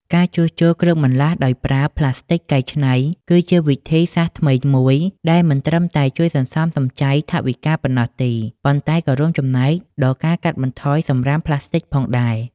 ការជួសជុលគ្រឿងបន្លាស់ដោយប្រើ ផ្លាស្ទិកកែច្នៃ គឺជាវិធីសាស្ត្រថ្មីមួយដែលមិនត្រឹមតែជួយសន្សំសំចៃថវិកាប៉ុណ្ណោះទេ ប៉ុន្តែក៏រួមចំណែកដល់ការកាត់បន្ថយសំរាមផ្លាស្ទិកផងដែរ។